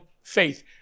faith